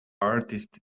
artist